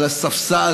על הספסל,